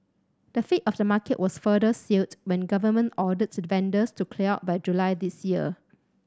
the fate of the market was further sealed when government ordered the vendors to clear out by July this year